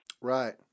Right